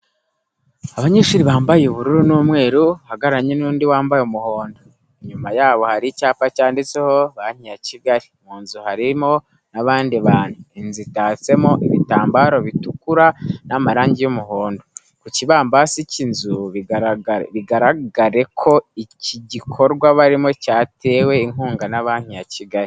Abanyeshuri bambaye ubururu n'umweru bahagararanye n'undi wambaye umuhondo, inyuma yabo hariho icyapa cyanditseho Banki ya Kigali mu nzu harimo n'abandi bantu, inzu itatsemo ibitambaro bitukura n'amarangi y'umuhondo ku kibambasi cy'inzu. Bigaragare ko iki gikorwa barimo cyatewe inkunga na Banki ya Kigali.